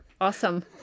Awesome